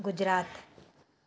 Gujarat